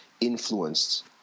influenced –